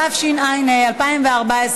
התשע"ה 2014,